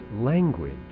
language